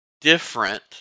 different